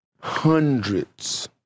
hundreds